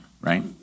right